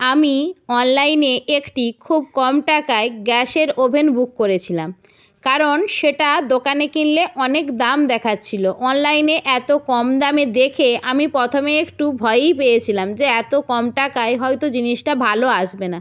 আমি অনলাইনে একটি খুব কম টাকায় গ্যাসের ওভেন বুক করেছিলাম কারণ সেটা দোকানে কিনলে অনেক দাম দেখাচ্ছিল অনলাইনে এত কম দামে দেখে আমি প্রথমে একটু ভয়ই পেয়েছিলাম যে এত কম টাকায় হয়তো জিনিসটা ভালো আসবে না